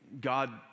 God